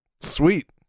sweet